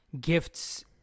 gifts